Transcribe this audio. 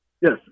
Yes